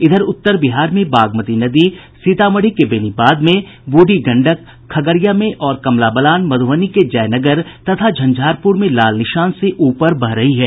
इधर उत्तर बिहार में बागमती नदी सीतामढ़ी के बेनीबाद में बूढ़ी गंडक खगड़िया में और कमला बलान मधुबनी के जयनगर तथा झंझारपुर में लाल निशान से ऊपर बह रही है